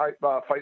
fight